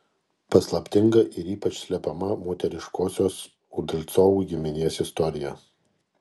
paslaptinga ir ypač slepiama moteriškosios udalcovų giminės istorija